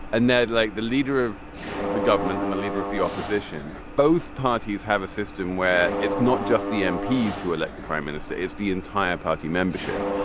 and then like the leader of the government and the leader of the opposition both parties have a system where it's not just the um employees who elect the prime minister it's the entire party membership.